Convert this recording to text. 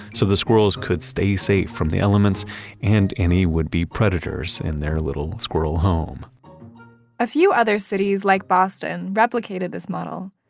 so the squirrels could stay safe from the elements and any would-be predators in their little squirrel home a few other cities, like boston, replicated this model,